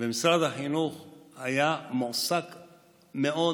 משרד החינוך היה מועסק מאוד,